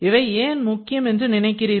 இவை ஏன் முக்கியம் என்று நினைக்கிறீர்கள்